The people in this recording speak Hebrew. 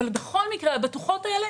בכל מקרה הבטוחות האלה